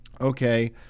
okay